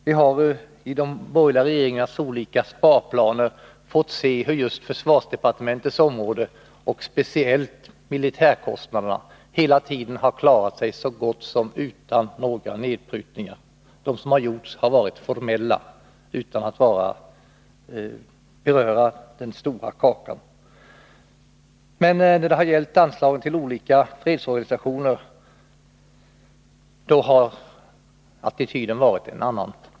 Vi har i de borgerliga regeringarnas olika sparplaner fått se hur försvarsdepartementets anslagsområde och det militära försvaret klarat sig så gott som utan nedprutningar. De som genomförts har varit formella utan att beröra den stora kakan. Men när det gällt anslag till olika fredsorganisationer har attityden varit en annan.